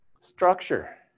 structure